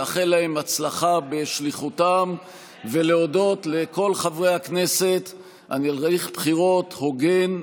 לאחל להם הצלחה בשליחותם ולהודות לכל חברי הכנסת על הליך בחירות הוגן,